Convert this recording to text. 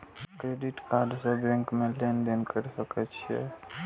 Credit card से bank में लेन देन कर सके छीये?